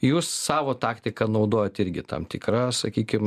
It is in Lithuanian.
jūs savo taktiką naudojat irgi tam tikrą sakykim